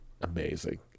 Amazing